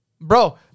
Bro